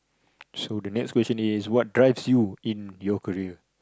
so the next question is what drives you in your career